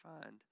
find